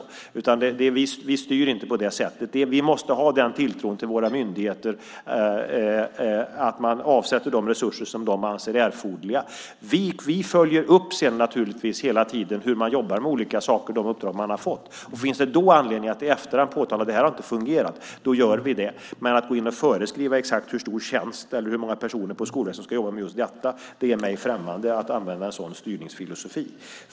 Vi styr inte på det sättet. Vi måste ha den tilltron till våra myndigheter att de avsätter de resurser de anser erforderliga. Vi följer naturligtvis hela tiden upp hur myndigheterna jobbar med de uppdrag de har fått. Om det finns anledning att i efterhand påtala att något inte har fungerat gör vi det. Men att gå in och föreskriva exakt hur stor tjänst eller hur många personer på en skola som ska jobba med just en sak - något slags styrningsfilosofi - är mig främmande.